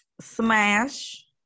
smash